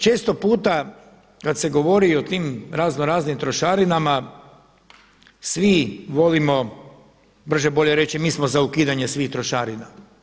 Često puta kada se govori i o tim raznoraznim trošarinama svi volimo brže bolje reći mi smo za ukidanje svih trošarina.